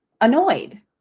annoyed